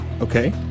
Okay